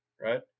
right